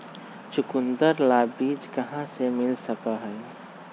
चुकंदर ला बीज कहाँ से मिल सका हई?